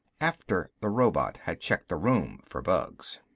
after the robot had checked the rooms for bugs.